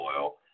oil